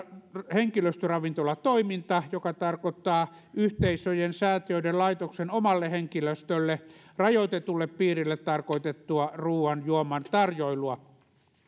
henkilöstöravintolatoiminta joka tarkoittaa yhteisöjen säätiöiden laitosten omalle henkilöstölle rajoitetulle piirille tarkoitettua ruoan juoman tarjoilua